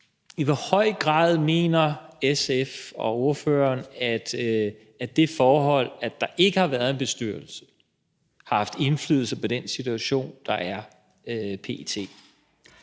I hvor høj grad mener SF og ordføreren at det forhold, at der ikke har været en bestyrelse, har haft indflydelse på den situation, der er p.t.?